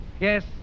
Yes